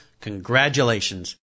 congratulations